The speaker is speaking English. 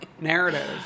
narrative